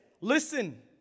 listen